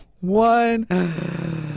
one